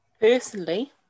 Personally